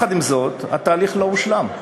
עם זה, התהליך לא הושלם,